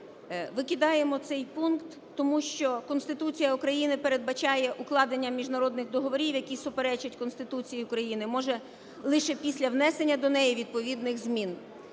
викидаємо цей пункт тому, що Конституція України передбачає укладення міжнародних договорів, які суперечать Конституції України, може лише після внесення до неї відповідних змін.